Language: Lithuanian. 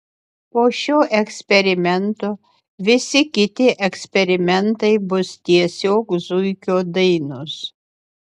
po šio eksperimento visi kiti eksperimentai bus tiesiog zuikio dainos